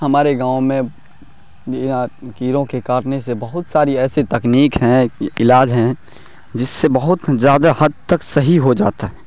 ہمارے گاؤں میں یہاں کیڑوں کے کاٹنے سے بہت ساری ایسے تکنیک ہیں علاج ہیں جس سے بہت زیادہ حد تک صحیح ہو جاتا